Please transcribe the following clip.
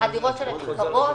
הדירות יקרות.